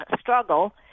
struggle